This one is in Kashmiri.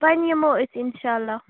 وَنہِ یِمو أسۍ اِنشاء اللہ